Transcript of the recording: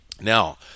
Now